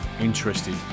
interested